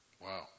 Wow